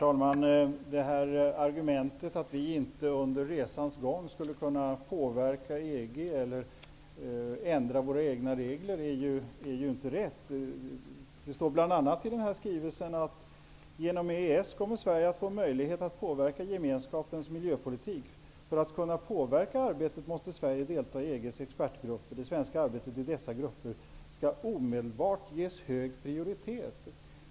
Herr talman! Argumentet att vi under resans gång inte skulle kunna påverka EG eller ändra våra egna regler är inte riktigt. Det står bl.a. följande i skrivelsen: Genom EES kommer Sverige att få möjlighet att påverka gemenskapens miljöpolitik. För att kunna påverka arbetet måste Sverige delta i EG:s expertgrupper. Det svenska arbetet i dessa grupper skall omedelbart ges hög prioritet.